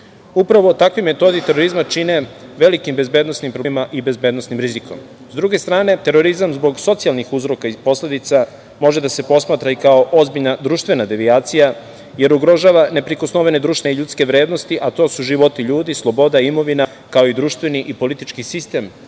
takvoj metodi terorizma čine velikim bezbednosnim problemima i bezbednosnim rizikom. S druge strane, terorizam zbog socijalnih uzroka i posledica može da se posmatra i kao ozbiljna društvena devijacija, jer ugrožava neprikosnovene društvene i ljudske vrednosti, a to su životi ljudi, sloboda, imovina, kao i društveni i politički sistem